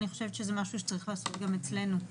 אני חושבת שזה משהו שצריך לעשות גם אצלנו.